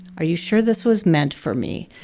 are you sure this was meant for me?